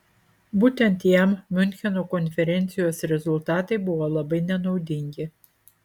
būtent jam miuncheno konferencijos rezultatai buvo labai nenaudingi